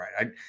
right